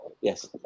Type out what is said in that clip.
Yes